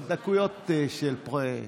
בכבוד, בכבוד.